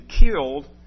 killed